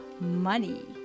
money